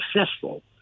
successful